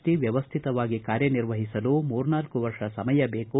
T ವ್ಯವಸ್ಥತವಾಗಿ ಕಾರ್ಯನಿರ್ವಹಿಸಲು ಮೂರ್ನಾಲ್ಕು ವರ್ಷ ಸಮಯ ಬೇಕು